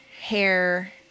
hair